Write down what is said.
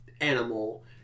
animal